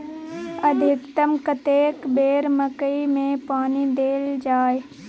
अधिकतम कतेक बेर मकई मे पानी देल जाय?